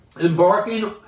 embarking